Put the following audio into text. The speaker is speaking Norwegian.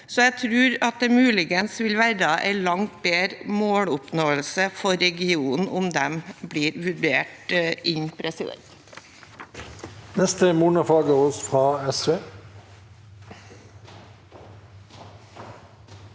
Jeg tror at det muligens vil være en langt bedre måloppnåelse for regionen om de blir vurdert inn.